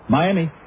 Miami